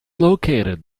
located